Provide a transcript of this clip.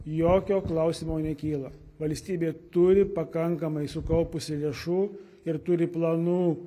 jokio klausimo nekyla valstybė turi pakankamai sukaupusi lėšų ir turi planų